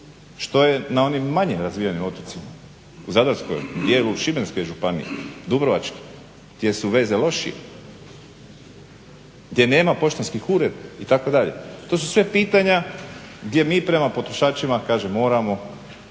Što je na onim manje razvijenim otocima? U Zadarskoj, dijelu Šibenske županije, Dubrovačke, gdje su veze lošije, gdje nema poštanskih ureda itd.? To su sve pitanja gdje mi prema potrošačima kažem moramo